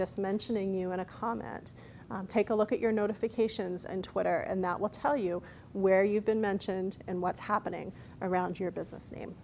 just mentioning you in a comment take a look at your notifications and twitter and that will tell you where you've been mentioned and what's happening around your business name